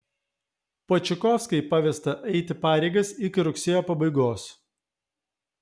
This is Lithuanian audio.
počikovskai pavesta eiti pareigas iki rugsėjo pabaigos